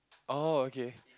oh okay